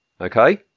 okay